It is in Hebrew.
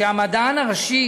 שלמדען הראשי